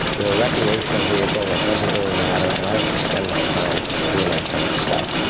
we're a recreational vehicle that doesn't really matter, and i don't spend my time doing that kind of stuff.